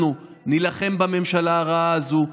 אנחנו נילחם בממשלה הרעה הזאת.